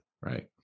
right